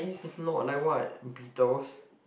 is not like what Beatles